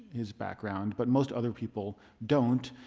his background, but most other people don't.